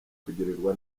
kugirirwa